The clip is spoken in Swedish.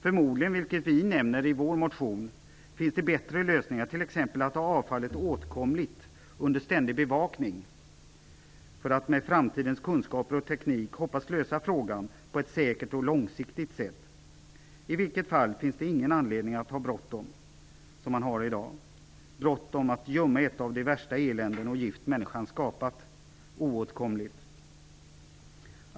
Förmodligen, vilket vi nämner i vår motion, finns det bättre lösningar, t.ex. att ha avfallet åtkomligt under ständig bevakning för att med framtidens kunskaper och teknik hoppas lösa frågan på ett säkert och långsiktigt sätt. I vilket fall finns det ingen anledning att ha bråttom, som man har i dag, att gömma ett av de värsta eländen och gift människan skapat så att det blir oåtkomligt.